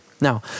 Now